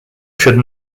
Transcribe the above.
should